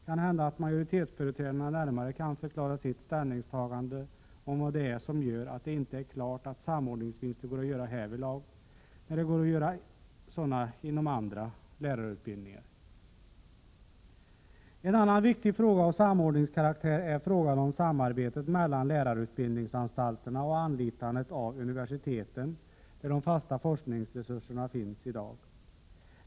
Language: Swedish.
Kanhända att majoritetsföreträdarna närmare kan förklara sitt ställningstagande och vad det är som gör att det inte är klart att samordningsvinster går att göra härvidlag när det går att göra sådana inom andra lärarutbildningar. En annan viktig fråga av samordningskaraktär är frågan om samarbetet mellan lärarutbildningsanstalterna och anlitandet av universiteten, där de fasta forskningsresurserna finns i dag.